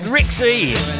Rixie